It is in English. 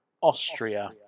Austria